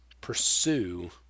pursue